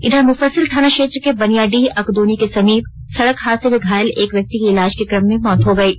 इधर मुफ्फसिल थाना क्षेत्र के बनियाडीह अकदोनी के समीप सड़क हादसे में घायल एक व्यक्ति की इलाज के कम में मौत हो गयी